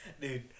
Dude